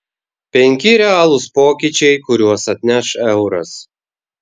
penki realūs pokyčiai kuriuos atneš euras